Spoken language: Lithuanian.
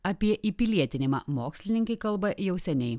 apie įpilietinimą mokslininkai kalba jau seniai